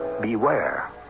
beware